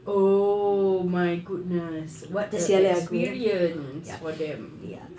oh my goodness what an experience for them